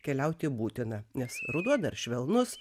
keliauti būtina nes ruduo dar švelnus